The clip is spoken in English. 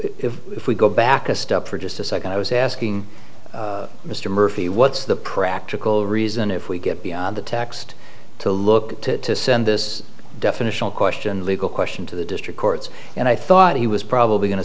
so if we go back a step for just a second i was asking mr murphy what's the practical reason if we get beyond the text to look to this definitional question legal question to the district courts and i thought he was probably going to